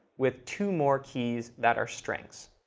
with two more keys that are strings.